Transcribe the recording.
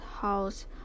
house